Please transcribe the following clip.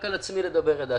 רק על עצמי לדבר ידעתי.